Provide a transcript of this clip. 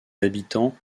habitants